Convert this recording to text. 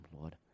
Lord